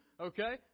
okay